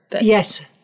Yes